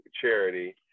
charity